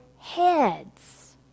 heads